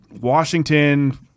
Washington